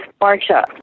Marcia